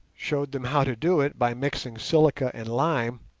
showed them how to do it by mixing silica and lime,